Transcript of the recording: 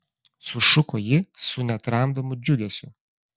sušuko ji su netramdomu džiugesiu